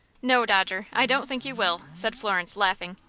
no, dodger i don't think you will, said florence, laughing.